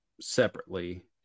separately